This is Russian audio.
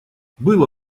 было